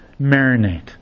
marinate